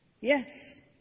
Yes